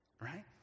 Right